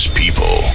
people